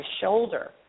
shoulder